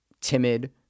timid